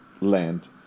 land